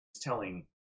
telling